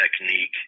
technique